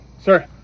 sir